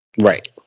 Right